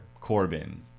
corbin